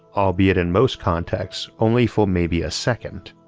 albeit in most contexts only for maybe a second.